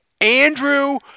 Andrew